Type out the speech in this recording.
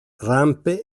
rampe